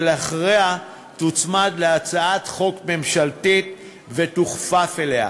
ואחריה היא תוצמד להצעת חוק ממשלתית ותוכפף אליה.